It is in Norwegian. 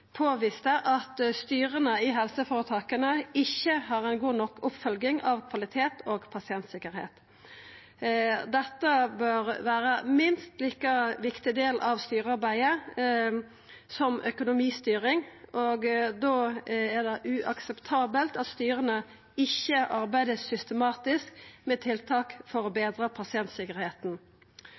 påviste at styra i helseføretaka ikkje har ei god nok oppfølging av kvalitet og pasientsikkerheit. Dette bør vera ein minst like viktig del av styrearbeidet som økonomistyring. Då er det uakseptabelt at styra ikkje arbeider systematisk med tiltak for å betra